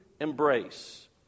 embrace